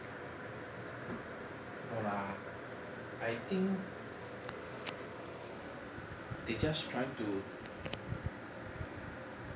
no lah I think they just trying to